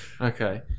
Okay